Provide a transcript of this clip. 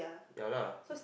ya lah